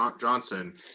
Johnson